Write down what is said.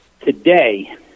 today